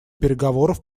переговоров